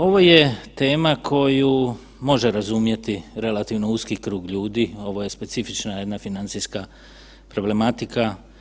Ovo je tema koju može razumjeti relativno uski krug ljudi, ovo je specifična jedna financijska problematika.